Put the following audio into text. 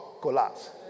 Collapse